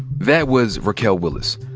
that was raquel willis,